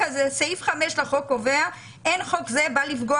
סעיף 5 לחוק קובע כך: "אין חוק זה בא לפגוע